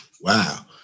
wow